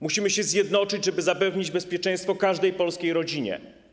Musimy się zjednoczyć, żeby zapewnić bezpieczeństwo każdej polskiej rodzinie.